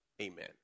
amen